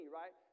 right